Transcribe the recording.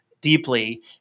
deeply